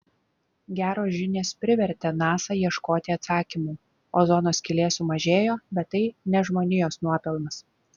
geros žinios privertė nasa ieškoti atsakymų ozono skylė sumažėjo bet tai ne žmonijos nuopelnas